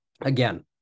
Again